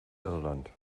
irland